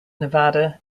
nevada